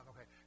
Okay